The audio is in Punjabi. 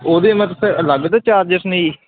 ਉਹਦੇ ਮਤਲਬ ਫੇਰ ਅਲੱਗ ਤੋਂ ਚਾਰਜਿਸ ਨੇ ਜੀ